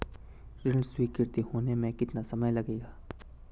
ऋण स्वीकृति होने में कितना समय लगेगा?